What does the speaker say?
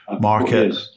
market